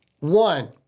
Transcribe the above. One